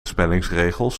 spellingsregels